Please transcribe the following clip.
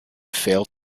failed